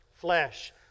Flesh